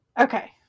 Okay